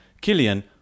Killian